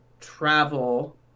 travel